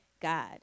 God